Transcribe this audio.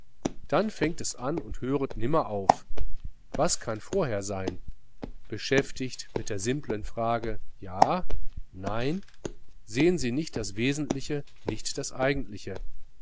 dann fängt es an und höret nimmer auf was kann vorher sein beschäftigt mit der simplen frage ja nein sehen sie nicht das wesentliche nicht das eigentliche